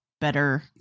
Better